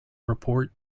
report